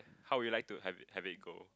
how would you like to have it have it go